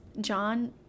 John